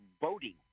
voting